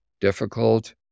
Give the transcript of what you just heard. difficult